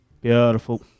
Beautiful